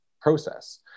process